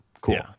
Cool